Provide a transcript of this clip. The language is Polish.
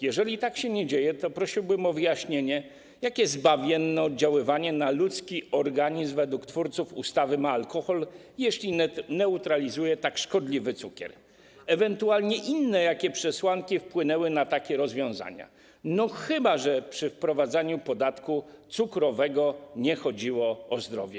Jeżeli tak się nie dzieje, to prosiłbym o wyjaśnienie, jakie zbawienne odziaływanie na ludzki organizm według twórców ustawy ma alkohol, jeśli neutralizuje tak szkodliwy cukier, ewentualnie jakie inne przesłanki wpłynęły na takie rozwiązania, chyba że przy wprowadzaniu podatku cukrowego nie chodziło o zdrowie.